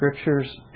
scriptures